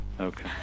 Okay